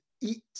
eat